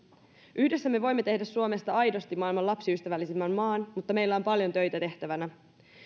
yhdessä me voimme tehdä suomesta aidosti maailman lapsiystävällisimmän maan mutta meillä on paljon töitä tehtävänä